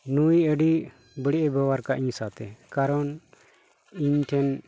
ᱱᱩᱭ ᱟᱹᱰᱤ ᱵᱟᱹᱲᱤᱡ ᱵᱮᱵᱚᱦᱟᱨ ᱠᱟᱜᱼᱟᱭ ᱤᱧ ᱥᱟᱶᱛᱮ ᱠᱟᱨᱚᱱ ᱤᱧ ᱴᱷᱮᱱ